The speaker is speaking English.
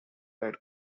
red